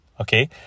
Okay